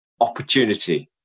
opportunity